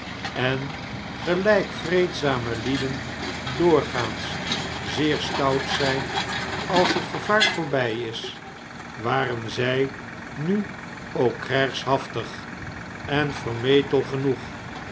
en gelijk vreedzame lieden doorgaans zeer stout zijn als het gevaar voorbij is ware zij nu ook krijgshaftig en vermetel genoeg